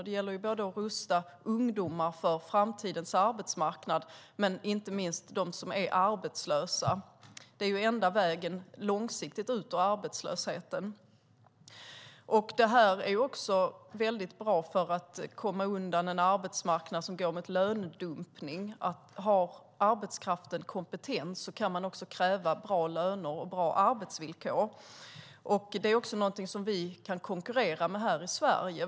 Det gäller att rusta ungdomar, och inte minst de arbetslösa, för framtidens arbetsmarknad. Det är den enda långsiktiga vägen ut ur arbetslösheten. Det är också mycket bra för att slippa en arbetsmarknad som går mot lönedumpning. Har arbetskraften kompetens kan man också kräva bra löner och bra arbetsvillkor. Det är någonting som vi här i Sverige kan konkurrera med.